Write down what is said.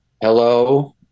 Hello